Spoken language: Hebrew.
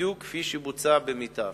בדיוק כפי שבוצע במיתר,